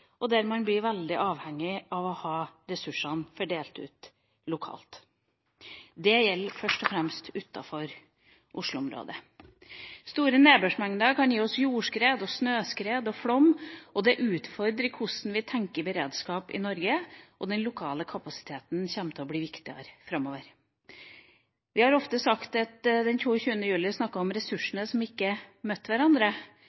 og der man blir veldig avhengig av å ha ressursene fordelt lokalt. Det gjelder først og fremst utafor Oslo-området. Store nedbørsmengder kan gi oss jordskred, snøskred og flom. Det utfordrer hvordan vi tenker beredskap i Norge, og den lokale kapasiteten kommer til å bli viktigere framover. Etter den 22. juli har vi ofte